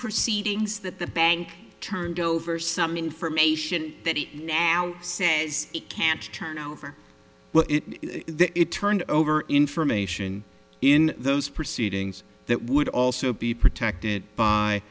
proceedings that the bank turned over some information that it now says it can't turn over it turned over information in those proceedings that would also be protected by